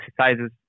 exercises